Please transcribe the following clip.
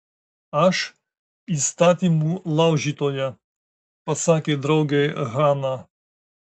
aš įstatymų laužytoja pasakė draugei hana